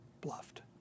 bluffed